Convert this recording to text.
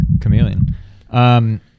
chameleon